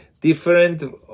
different